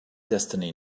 destiny